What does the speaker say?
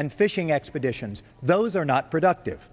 and fishing expeditions those are not productive